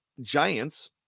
Giants